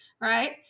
Right